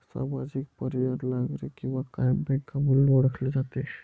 सामाजिक, पर्यायी, नागरी किंवा कायम बँक म्हणून ओळखले जाते